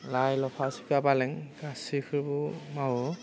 लाइ लाफा सिखा बालें गासैखौबो मावो